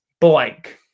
blank